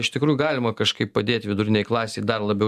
iš tikrųjų galima kažkaip padėti vidurinei klasei dar labiau